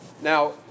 Now